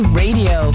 radio